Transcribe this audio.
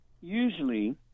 usually